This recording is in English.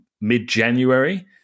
mid-January